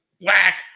Whack